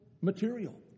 material